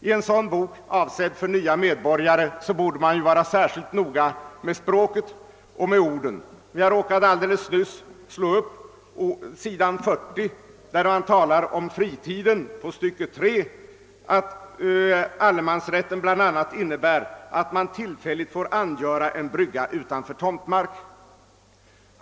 I en sådan bok, avsedd för nya medborgare, borde man vara särskilt noga med språket och med orden. Jag råkade nyss slå upp s. 140, där det i tredje stycket på tal om fritiden sägs att allemansrätten bl.a. innebär att man tillfälligt får angöra en brygga utanför tomtmark.